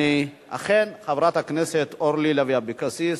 חברת הכנסת אורלי לוי אבקסיס,